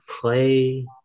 Play